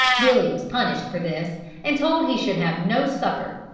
billy was punished for this and told he should have no supper,